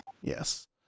Yes